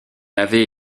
avait